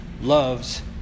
loves